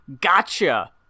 gotcha